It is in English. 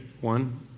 One